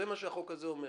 זה מה שהחוק הזה אומר.